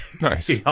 Nice